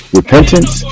repentance